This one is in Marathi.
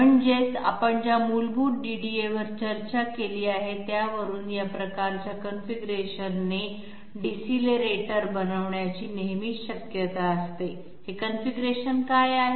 म्हणजेच आपण ज्या मूलभूत DDA वर चर्चा केली आहे त्यावरून या प्रकारच्या कॉन्फिगरेशनने डिसीलेरेटर बनवण्याची नेहमीच शक्यता असते हे कॉन्फिगरेशन काय आहे